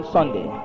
Sunday